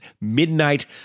Midnight